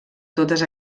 totes